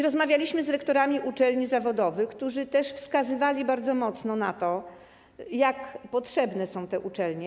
Rozmawialiśmy z rektorami uczelni zawodowych, którzy też wskazywali bardzo mocno na to, jak potrzebne są te uczelnie.